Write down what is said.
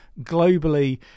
globally